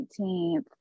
19th